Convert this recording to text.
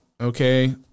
Okay